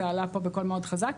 זה עלה פה בקול מאוד חזק.